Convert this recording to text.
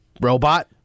robot